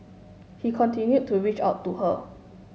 he continued to reach out to her